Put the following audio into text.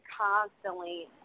constantly